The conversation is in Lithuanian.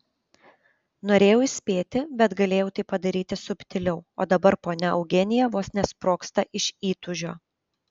norėjau įspėti bet galėjau tai padaryti subtiliau o dabar ponia eugenija vos nesprogsta iš įtūžio